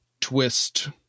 twist